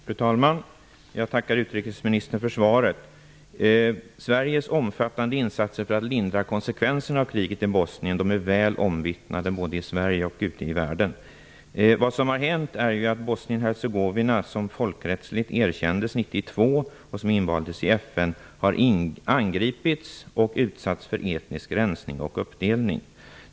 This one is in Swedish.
Fru talman! Jag tackar utrikesministern för svaret. Sveriges omfattande insatser för att lindra konsekvenserna av kriget i Bosnien är väl omvittnade både i Sverige och ute i världen. Vad som har hänt är att Bosnien-Hercegovina, som folkrättsligt erkändes 1992 och som invaldes i FN, har angripits och utsatts för etnisk rensning och uppdelning.